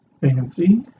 Fancy